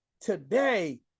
today